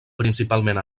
principalment